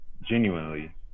genuinely